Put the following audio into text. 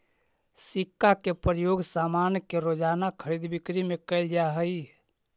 सिक्का के प्रयोग सामान के रोज़ाना खरीद बिक्री में कैल जा हई